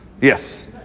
Yes